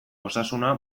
osasuna